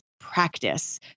practice